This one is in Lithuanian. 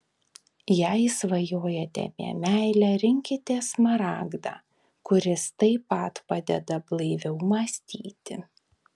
jei svajojate apie meilę rinkitės smaragdą kuris taip pat padeda blaiviau mąstyti